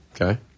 okay